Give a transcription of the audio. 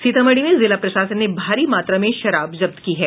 सीतामढ़ी में जिला प्रशासन ने भारी मात्रा में शराब जब्त की है